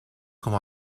como